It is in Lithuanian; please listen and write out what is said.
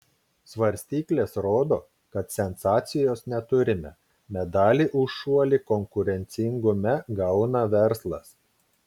svarstyklės rodo kad sensacijos neturime medalį už šuolį konkurencingume gauna verslas